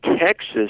Texas